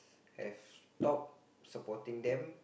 have stopped supporting them